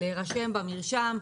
להירשם במרשם.